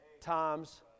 times